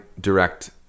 direct